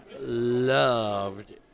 loved